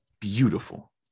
beautiful